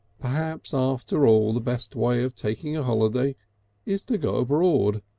perhaps after all the best way of taking a holiday is to go abroad.